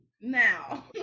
now